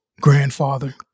grandfather